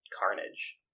carnage